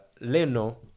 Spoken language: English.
Leno